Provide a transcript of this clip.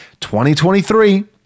2023